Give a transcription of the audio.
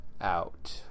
out